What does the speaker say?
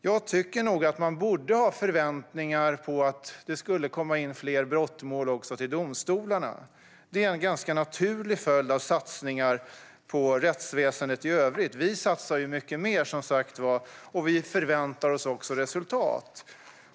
Jag tycker att man borde ha förväntningar på att det skulle komma in fler brottmål till domstolarna. Det är en ganska naturlig följd av satsningar på rättsväsendet i övrigt. Vi satsar som sagt mycket mer, och vi förväntar oss också resultat.